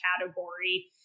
category